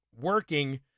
working